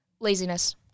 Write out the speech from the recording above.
Laziness